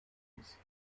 aus